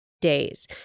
days